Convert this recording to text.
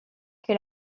que